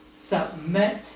submit